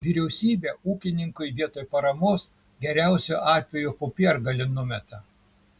vyriausybė ūkininkui vietoj paramos geriausiu atveju popiergalį numeta